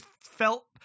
felt